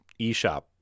eShop